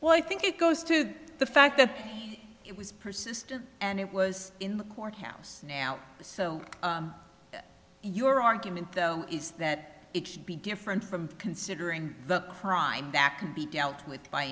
well i think it goes to the fact that it was persistent and it was in the courthouse now so your argument is that it should be different from considering the crime that can be dealt with by